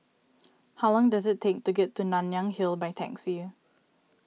how long does it take to get to Nanyang Hill by taxi